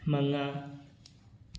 ꯃꯉꯥ